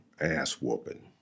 ass-whooping